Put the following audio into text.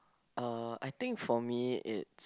uh I think for me it's